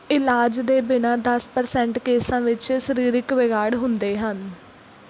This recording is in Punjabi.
ਇਲਾਜ ਦੇ ਬਿਨਾਂ ਦਸ ਪਰਸੈਂਟ ਕੇਸਾਂ ਵਿੱਚ ਸਰੀਰਕ ਵਿਗਾੜ ਹੁੰਦੇ ਹਨ